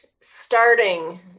starting